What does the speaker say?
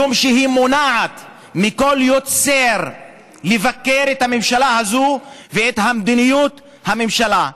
משום שהיא מונעת מכל יוצר לבקר את הממשלה הזאת ואת מדיניות הממשלה.